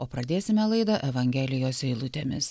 o pradėsime laidą evangelijos eilutėmis